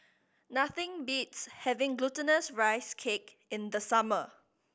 nothing beats having Glutinous Rice Cake in the summer